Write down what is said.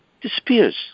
disappears